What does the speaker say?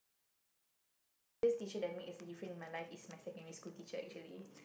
can I can I see it biggest teacher that made difference in my life is my secondary school teacher actually